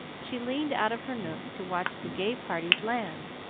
she leaned out of her nook to watch the gay parties land,